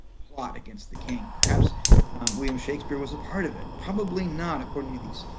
plot against the king. perhaps william shakespeare was a part of it. probably not, according to these